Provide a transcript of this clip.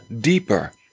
deeper